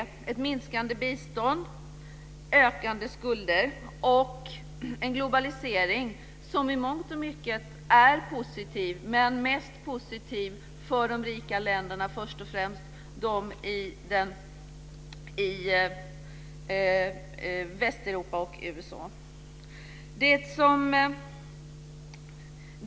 Biståndet minskar, och skulderna ökar, och vi har en globalisering som i mångt och mycket är positiv, men den är mest positiv för de rika länderna, först och främst för Västeuropa och USA.